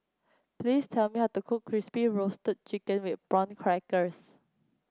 please tell me how to cook Crispy Roasted Chicken with Prawn Crackers